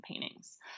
paintings